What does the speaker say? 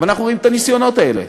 אבל אנחנו רואים את הניסיונות האלה,